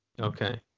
okay